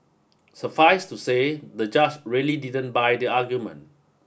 suffice to say the judge really didn't buy the argument